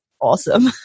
awesome